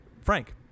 Frank